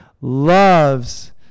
Loves